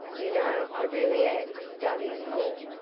you know i really am studying law,